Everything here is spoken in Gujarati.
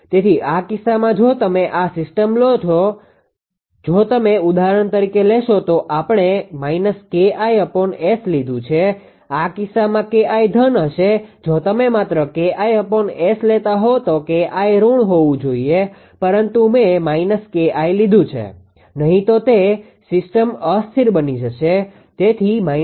તેથી આ કિસ્સામાં જો તમે આ સિસ્ટમ માટે લો જો તમે ઉદાહરણ તરીકે લેશો તો આપણે −𝐾𝐼𝑆 લીધું છે અને આ કિસ્સામાં 𝐾𝐼 ધન હશે જો તમે માત્ર 𝐾𝐼𝑆 લેતા હોવ તો 𝐾𝐼 ઋણ હોવું જોઈએ પરંતુ મેં −𝐾𝐼 લીધું છે નહીં તો તે સિસ્ટમ અસ્થિર બની જશે